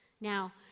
Now